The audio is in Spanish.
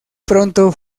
pronto